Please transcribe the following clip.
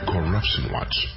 Corruptionwatch